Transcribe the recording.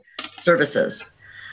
services